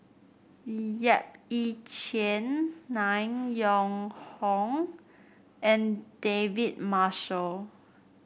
Yap Ee Chian Nan Yong Hong and David Marshall